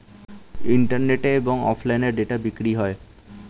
ইন্টারনেটে এবং অফলাইনে ডেটা বিক্রি হয়